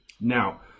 Now